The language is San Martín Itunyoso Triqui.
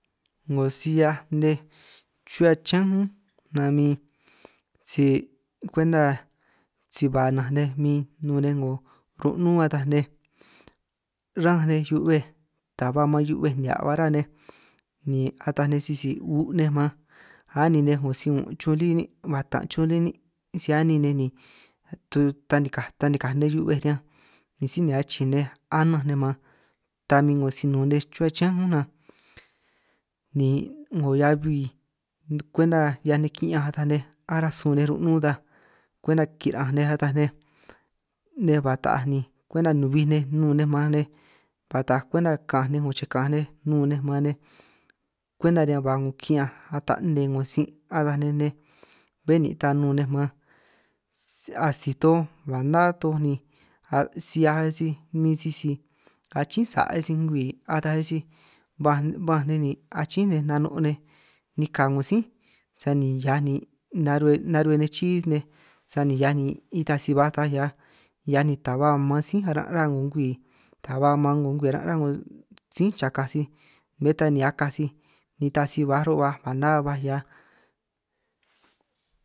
'Ngo si 'hiaj nej chuhua chiñánj únj nan min si kwenta si ba nnanj nej min nun nej 'ngo ru'nun ataj nej, ranj nej hiu'bej ta ba maan hiu'bej nihia' ba rá nej ni ataj nej sisi si u' nej man, anin nej 'ngo si un' chun lí nin' batan' chun lí nin' si anin nej ni tanikaj tanikaj nej hiu'bej riñanj, ni sij ni achii nej ananj nej man ta min si nun 'ngo nej chuhua chiñán únj nan, ni 'ngo heabi kwenta 'hiaj nej ki'ñanj ataj nej aránj sun nej ru'nun ta kwenta kiran'anj nej ataj nej, nej ba taaj ni kwenta nubij nej nun nej nun nej maan nej ba taaj kwenta ka'anj nej 'ngo chej ka'anj nej nun nej maan nej, kwenta riñan ba ki'ñanj ata nne 'ngo sin' ataj nej nej bé ni tan nun nej man, asij toj ba ná toj ni a' si 'hiaj sij min sisi kachín sa' ei sij ngwii ata nej sij ba ba'anj nej nin achin nej nej nano' nej, nika 'ngo sí sani hiaj ni naru'hue naru'hue nej chii nej, sani hiaj ni itaj si ba ta hiaj hiaj ni ta ba maan sí aran' ruhua 'ngo ngwii ta ba maan 'ngo ngwii aran' ruhua 'ngo sí chakaj sij bé ta ni akaj sij, nitaj si ba ro' ba a ná baj hiaj.